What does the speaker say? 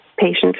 patients